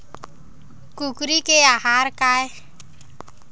कुकरी के आहार काय?